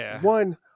one